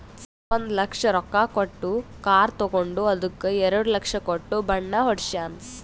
ಒಂದ್ ಲಕ್ಷ ರೊಕ್ಕಾ ಕೊಟ್ಟು ಕಾರ್ ತಗೊಂಡು ಅದ್ದುಕ ಎರಡ ಲಕ್ಷ ಕೊಟ್ಟು ಬಣ್ಣಾ ಹೊಡ್ಸ್ಯಾನ್